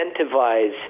incentivize